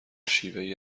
شیوهای